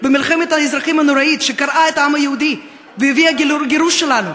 במלחמת האזרחים הנוראה שקרעה את העם היהודי והביאה לגירוש שלנו.